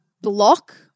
block